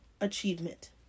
achievement